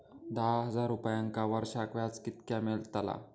दहा हजार रुपयांक वर्षाक व्याज कितक्या मेलताला?